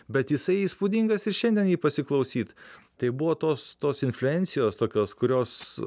bet jisai įspūdingas ir šiandien jį pasiklausyt tai buvo tos tos influencijos tokios kurios